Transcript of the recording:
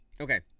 Okay